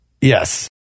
Yes